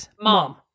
Mom